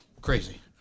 crazy